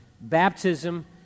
baptism